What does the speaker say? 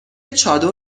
چادر